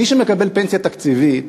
מי שמקבל פנסיה תקציבית